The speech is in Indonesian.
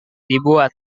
dibuat